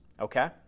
okay